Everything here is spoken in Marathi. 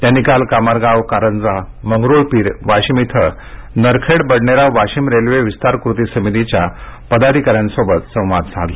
त्यांनी काल कामरगाव कारंजा मंगरुळपिर वाशिम इथं नरखेड बडनेरा वाशिम रेल्वे विस्तार कृती समितीच्या पदाधिकाऱ्यांनी संवाद साधला